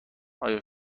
آیا